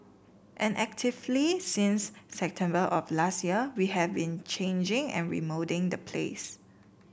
and actively since September of last year we have been changing and remoulding the place